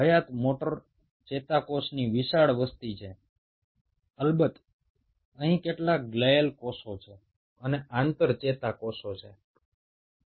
এই motor neuron ছাড়াও সেখানে কিছু গ্লিয়াল কোষ এবং ইন্টার নিউরন থাকবে